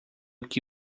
que